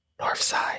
Northside